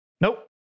Nope